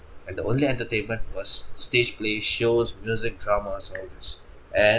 and the only entertainment was stage play shows music dramas all this and